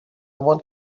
want